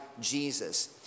Jesus